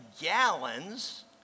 gallons